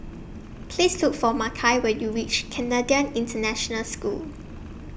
Please Look For Makai when YOU REACH Canadian International School